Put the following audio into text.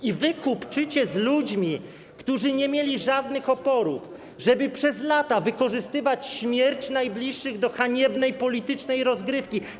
I wy kupczycie z ludźmi, którzy nie mieli żadnych oporów, żeby przez lata wykorzystywać śmierć najbliższych do haniebnej politycznej rozgrywki.